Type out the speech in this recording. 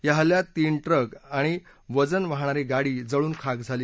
या हल्ल्यात तीन ट्रक आणि वजन वाहणारी गाडी जळून खाक झाली